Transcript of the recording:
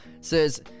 says